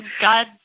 God